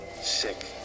Sick